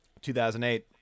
2008